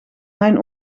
mijn